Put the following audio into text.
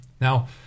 Now